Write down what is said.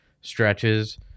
stretches